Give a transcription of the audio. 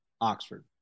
Oxford